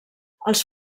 els